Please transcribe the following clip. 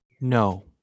No